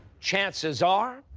chances are,